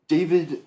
David